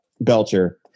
Belcher